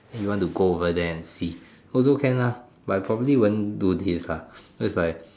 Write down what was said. then you want to go over there and see also can ah but probably won't do this lah because is like